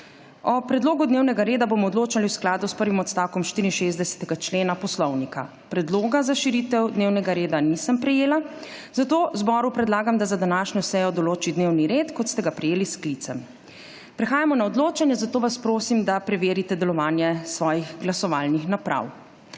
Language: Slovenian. O predlogu dnevnega reda bomo odločali v skladu s prvim odstavkom 64. člena Poslovnika. Predlogov za širitev dnevnega reda nisem prejela, zato zboru predlagam, da za današnjo sejo določi dnevni red, kot ste ga prejeli s sklicem. Prehajamo na odločanje, zato vas prosim, da preverite delovanje svojih glasovalnih naprav.